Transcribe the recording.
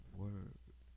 word